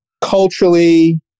culturally